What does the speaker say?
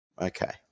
Okay